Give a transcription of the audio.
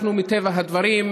אנחנו, מטבע הדברים,